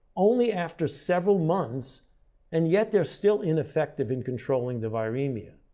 only after several months and yet they're still ineffective in controlling the viremia.